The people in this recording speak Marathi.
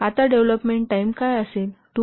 आता डेव्हलोपमेंट टाईम काय असेल